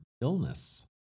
illness